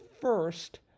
first